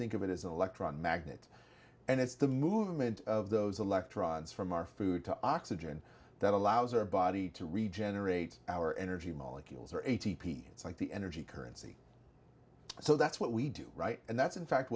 think of it as an electron magnet and it's the movement of those electrons from our food to oxygen that allows our body to regenerate our energy molecules or a t p it's like the energy currency so that's what we do right and that's in fact